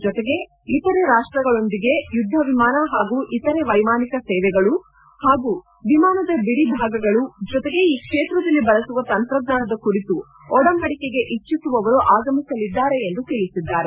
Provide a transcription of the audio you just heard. ಜತೆಗೆ ಇತರ ರಾಷ್ಸಗಳೊಂದಿಗೆ ಯುದ್ದ ವಿಮಾನ ಹಾಗೂ ಇತರೆ ವ್ಯೆಮಾನಿಕ ಸೇವೆಗಳು ಹಾಗೂ ವಿಮಾನದ ಬಿಡಿ ಭಾಗಗಳು ಜತೆಗೆ ಈ ಕ್ಷೇತ್ರದಲ್ಲಿ ಬಳಸುವ ತಂತ್ರಜ್ಞಾನದ ಕುರಿತು ಒಡಂಬಡಿಕೆಗೆ ಇಟ್ಟಸುವವರು ಆಗಮಿಸಲಿದ್ದಾರೆ ಎಂದು ತಿಳಿಸಿದ್ದಾರೆ